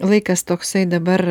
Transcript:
laikas toksai dabar